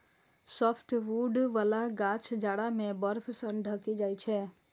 softwood बला गाछ जाड़ा मे बर्फ सं ढकि जाइ छै